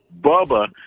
Bubba